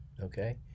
okay